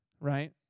right